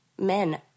Men